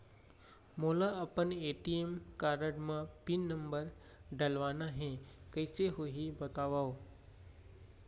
मोला अपन ATM card म पिन नंबर डलवाना हे कइसे होही बतावव?